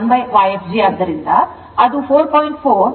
4 j 0